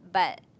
but